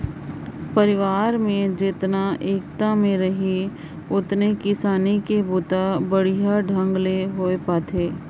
परिवार में जेतना एकता में रहीं ओतने किसानी के बूता बड़िहा ढंग ले होये पाथे